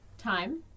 time